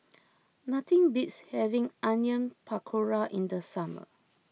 nothing beats having Onion Pakora in the summer